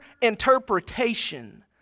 interpretation